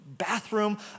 bathroom